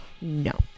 No